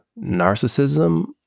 narcissism